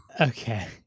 okay